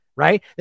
Right